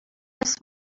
this